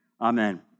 Amen